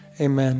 amen